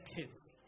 kids